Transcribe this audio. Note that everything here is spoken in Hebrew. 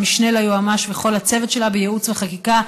המשנה ליועמ"ש וכל הצוות שלה בייעוץ וחקיקה,